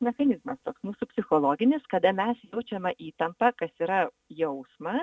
mechanizmas toks mūsų psichologinis kada mes jaučiame įtampą kas yra jausmas